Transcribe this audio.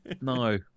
no